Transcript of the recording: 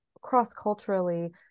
cross-culturally